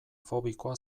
fobikoa